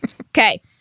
Okay